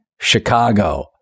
Chicago